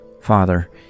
Father